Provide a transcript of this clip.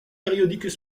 périodiques